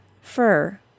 fur